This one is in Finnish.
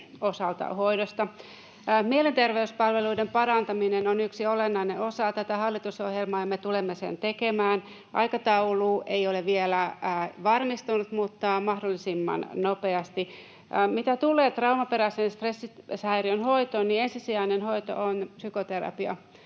osalta. Mielenterveyspalveluiden parantaminen on yksi olennainen osa tätä hallitusohjelmaa, ja me tulemme sen tekemään — aikataulu ei ole vielä varmistunut, mutta mahdollisimman nopeasti. Mitä tulee traumaperäisen stressihäiriön hoitoon, niin ensisijainen hoito on psykoterapia.